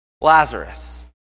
Lazarus